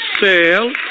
sale